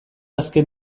azken